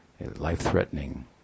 life-threatening